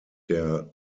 der